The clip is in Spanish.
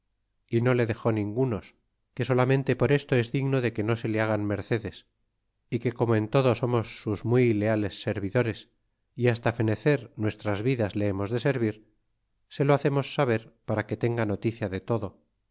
y no le dex ningunos que solamente por esto es digno de que no se le hagan mercedes y que como en todo somos sus muy leales servidores y basta fenecer nuestras vidas le hemos de servir se lo hacemos saber para que tenga noticia de todo